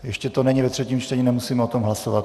Ještě to není ve třetím čtení, nemusíme o tom hlasovat.